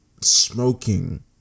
smoking